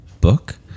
book